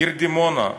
העיר דימונה,